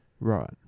Right